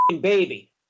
baby